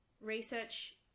research